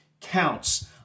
counts